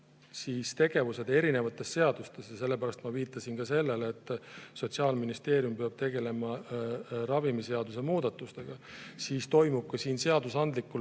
puhul tegevused erinevates seadustes. Sellepärast ma viitasin ka sellele, et Sotsiaalministeerium peab tegelema ravimiseaduse muudatustega. Siis toimub ka siin seadusandlikult